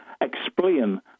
explain